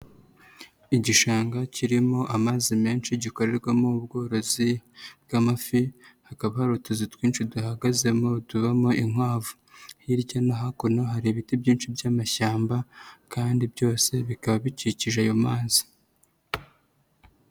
Igishanga kirimo amazi menshi gikorerwamo ubworozi bw'amafi, hakaba hari utuzu twinshi duhagazemo tubamo inkwavu, hirya no hinkuno hari ibiti byinshi by'amashyamba kandi byose bikaba bikikije ayo mazi.